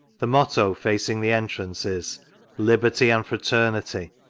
the motto facing the entrance is liberty and fraternity.